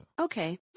Okay